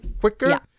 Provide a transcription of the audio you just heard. quicker